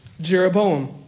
Jeroboam